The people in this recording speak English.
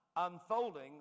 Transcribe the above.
unfolding